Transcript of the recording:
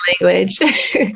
language